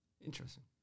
Interesting